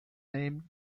named